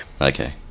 Okay